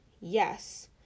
Yes